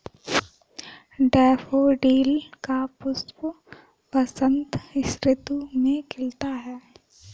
daffodil का पुष्प बसंत ऋतु में खिलता है